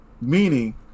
Meaning